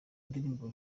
ndirimbo